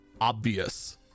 obvious